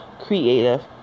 creative